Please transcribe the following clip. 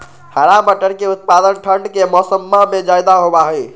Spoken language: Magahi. हरा मटर के उत्पादन ठंढ़ के मौसम्मा में ज्यादा होबा हई